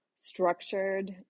structured